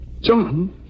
John